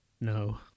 No